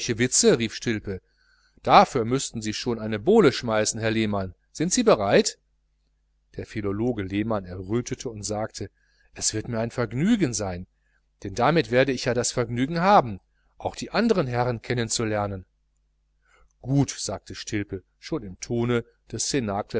rief stilpe dafür müßten sie schon eine bowle schmeißen herr lehmann sind sie bereit der philologe lehmann errötete und sagte es wird mir ein vergnügen sein denn damit werde ich ja das vergnügen haben auch die andren herren kennen zu lernen gut sagte stilpe schon im tone des